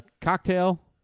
cocktail